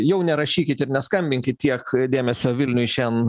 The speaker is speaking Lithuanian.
jau nerašykit ir neskambinkit tiek dėmesio vilniui šian